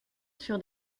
sur